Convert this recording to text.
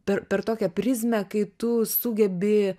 per per tokią prizmę kai tu sugebi